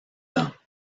ans